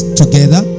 together